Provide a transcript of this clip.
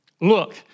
Look